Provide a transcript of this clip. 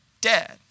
dead